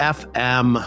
fm